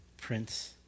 Prince